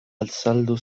azaldu